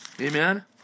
Amen